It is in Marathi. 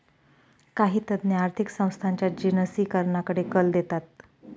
काही तज्ञ आर्थिक संस्थांच्या जिनसीकरणाकडे कल देतात